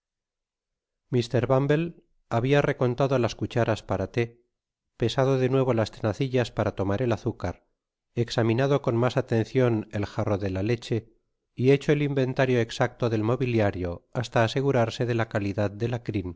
mr bumble habia recontado las cucharas para thé pesado de nuevo las tcnazillas para lomar el azúcar examinado con mas atencion el jarro de la leche y hecho el inventario exacto del moviliario hasta asegurarse de la calidad de la crin